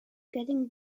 getting